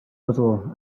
little